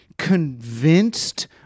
convinced